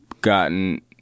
gotten